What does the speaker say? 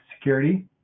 security